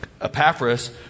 Epaphras